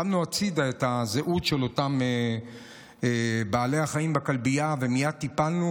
שמנו הצידה את הזהות של אותם בעלי חיים בכלבייה ומייד טיפלנו,